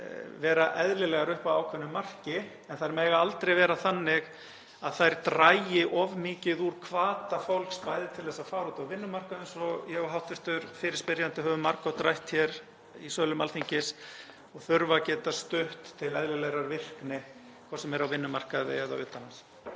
vera eðlilegar upp að ákveðnu marki. En þær mega aldrei vera þannig að þær dragi of mikið úr hvata fólks til að fara út á vinnumarkaðinn, eins og við hv. fyrirspyrjandi höfum margoft rætt hér í sölum Alþingis, og þær þurfa að geta stutt til eðlilegrar virkni, hvort sem er á vinnumarkaði eða utan hans.